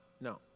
no